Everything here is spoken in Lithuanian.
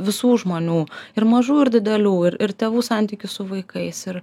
visų žmonių ir mažų ir didelių ir ir tėvų santykius su vaikais ir